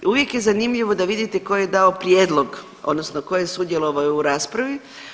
Uvijek je zanimljivo da vidite tko je dao prijedlog odnosno tko je sudjelovao u raspravi.